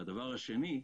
שנית,